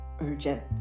urgent